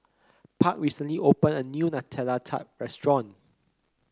Park recently opened a new Nutella Tart restaurant